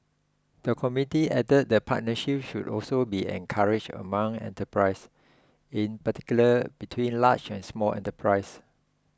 the committee added that partnerships should also be encouraged among enterprises in particular between large and small enterprises